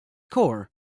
core